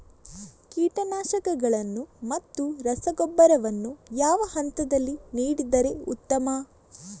ಕೀಟನಾಶಕಗಳನ್ನು ಮತ್ತು ರಸಗೊಬ್ಬರವನ್ನು ಯಾವ ಹಂತದಲ್ಲಿ ನೀಡಿದರೆ ಉತ್ತಮ?